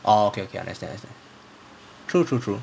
okay okay understand true true true